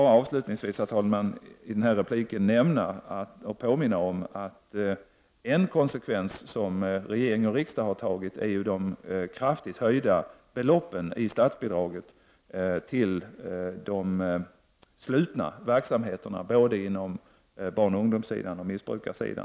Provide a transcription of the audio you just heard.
Avslutningvis vill jag nämna och påminna om en åtgärd som regering och riksdag har fattat beslut om i detta sammanhang, nämligen den kraftiga höjningen av de belopp i statsbidraget som går till de slutna verksamheterna, både när det gäller barnoch ungdomsvård och när det gäller missbrukarvård.